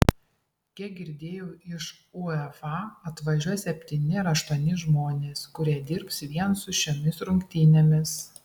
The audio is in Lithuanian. kiek girdėjau iš uefa atvažiuos septyni ar aštuoni žmonės kurie dirbs vien su šiomis rungtynėmis